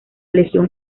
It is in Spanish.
legión